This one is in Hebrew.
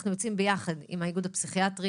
אנחנו יוצאים ביחד עם האיגוד הפסיכיאטרי,